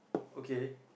okay